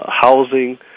housing